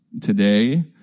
today